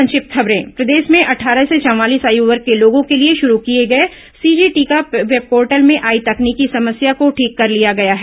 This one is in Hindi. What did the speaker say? संक्षिप्त समाचार प्रदेश में अट्ठारह से चवालीस आयु वर्ग के लोगों के लिए शुरू किए गए सीजी टीका वेबपोर्टल में आई तकनीकी समस्या को ठीक कर लिया गया है